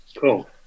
Cool